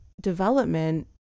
development